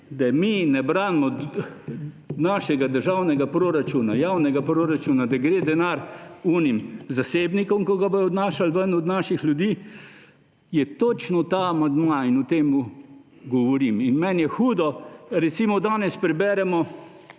da mi ne branimo našega državnega proračuna, javnega proračuna, da gre denar tistim zasebnikom, ki ga bodo odnašali ven od naših ljudi, je točno ta amandma in o tem govorim. In meni je hudo. Recimo danes preberemo,